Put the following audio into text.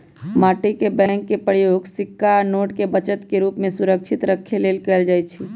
माटी के बैंक के प्रयोग सिक्का आ नोट के बचत के रूप में सुरक्षित रखे लेल कएल जाइ छइ